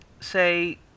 say